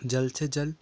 जल्द से जल्द